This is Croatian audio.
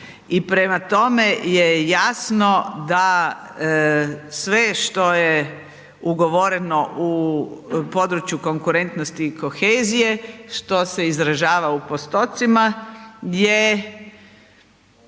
I prema tome je jasno da sve što je ugovoreno u području konkurentnosti i kohezije što se izražava u postocima je